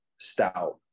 stout